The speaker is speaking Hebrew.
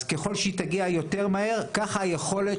אז ככל שהיא תגיע יותר מהר ככה היכולת